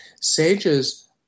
Sages